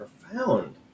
profound